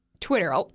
Twitter